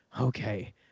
okay